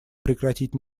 прекратить